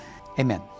Amen